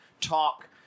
talk